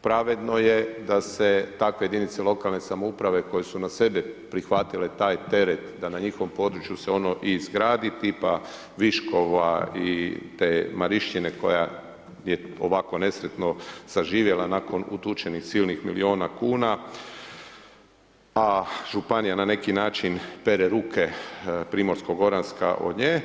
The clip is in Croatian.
Pravedno je da se takve jedinice lokalne samouprave koje su na sebe prihvatile taj teret da na njihovom području se ono i izgradi, tipa Viškova i te Marišćine koja je ovako nesretno saživjela nakon utučenih silnih milijuna kuna a županija na neki način pere ruke Primorsko-goranska od nje,